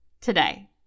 Today